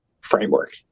framework